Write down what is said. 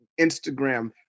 Instagram